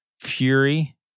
Fury